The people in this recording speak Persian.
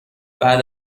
بعد